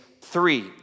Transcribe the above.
three